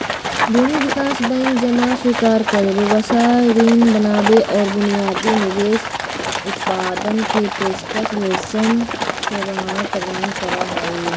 भूमि विकास बैंक जमा स्वीकार करे, व्यवसाय ऋण बनावे और बुनियादी निवेश उत्पादन के पेशकश जैसन सेवाएं प्रदान करा हई